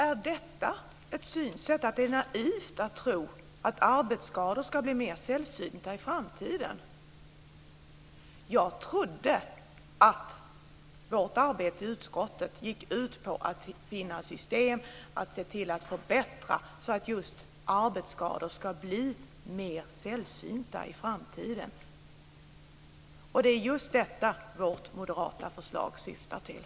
Herr talman! Är det ert synsätt att det är naivt att tro att arbetsskador ska bli mer sällsynta i framtiden? Jag trodde att vårt arbete i utskottet gick ut på att finna system och förbättra just så att arbetsskador ska bli mer sällsynta i framtiden. Det är just detta vårt moderata förslag syftar till.